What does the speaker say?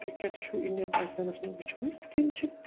cricket چھُ Indian Pakistan منٛز وُچھو أسۍ تِم چھِ